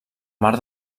mar